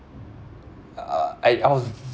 uh I I was